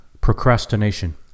Procrastination